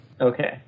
Okay